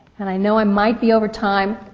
and i know i might be over time,